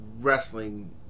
wrestling